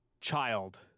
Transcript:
Child